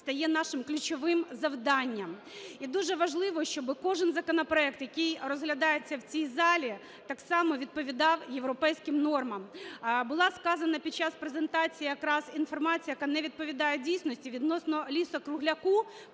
стає нашим ключовим завданням. І дуже важливо, щоби кожен законопроект, який розглядається в цій залі, так само відповідав європейським нормам. Була сказана під час презентації якраз інформація, яка не відповідає дійсності відносно лісу-кругляка,